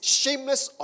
shameless